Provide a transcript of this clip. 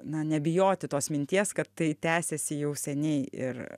na nebijoti tos minties kad tai tęsiasi jau seniai ir